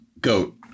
goat